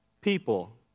People